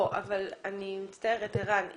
אם